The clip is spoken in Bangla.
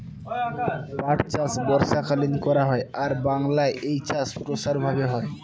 পাট চাষ বর্ষাকালীন করা হয় আর বাংলায় এই চাষ প্রসার ভাবে হয়